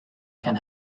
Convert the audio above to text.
can